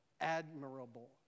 admirable